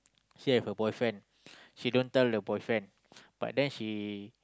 she have a boyfriend she don't tell the boyfriend but then she